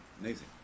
Amazing